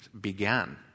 began